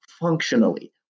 functionally